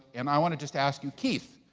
and i wanna just ask you, keith,